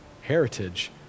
heritage